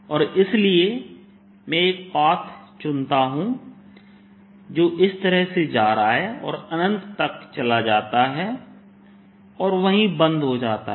और इसलिए मैं एक पाथ चुनता हूं जो इस तरह से जा रहा है और अनंत तक चला जाता है और वहीं बंद हो जाता है